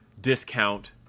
discount